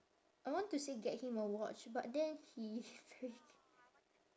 I want to say get him a watch but then he very